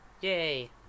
Yay